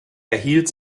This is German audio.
erhielt